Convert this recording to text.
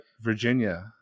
Virginia